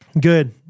good